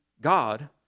God